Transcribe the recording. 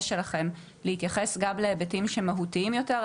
שלכם להתייחס גם להיבטים שהם מהותיים יותר,